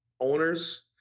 owners